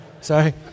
Sorry